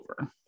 over